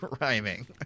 rhyming